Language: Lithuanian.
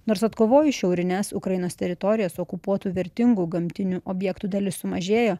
nors atkovojus šiaurines ukrainos teritorijas okupuotų vertingų gamtinių objektų dalis sumažėjo